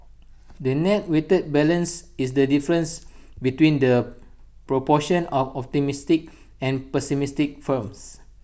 the net weighted balance is the difference between the proportion of optimistic and pessimistic firms